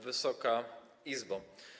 Wysoka Izbo!